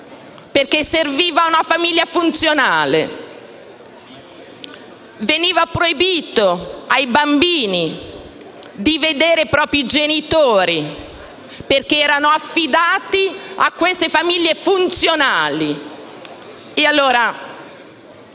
perché serviva una famiglia funzionale. Veniva proibito ai bambini di vedere i propri genitori, perché erano affidati a queste famiglie funzionali.